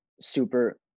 super